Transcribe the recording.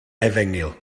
efengyl